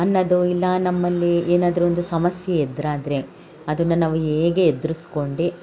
ಅನ್ನೋದು ಇಲ್ಲ ನಮ್ಮಲ್ಲಿ ಏನಾದರೂ ಒಂದು ಸಮಸ್ಯೆ ಎದುರಾದ್ರೆ ಅದನ್ನು ನಾವು ಹೇಗೆ ಎದ್ರಿಸ್ಕೊಂಡು